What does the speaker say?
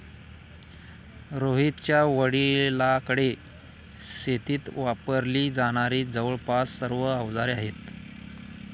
रोहितच्या वडिलांकडे शेतीत वापरली जाणारी जवळपास सर्व अवजारे आहेत